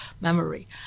memory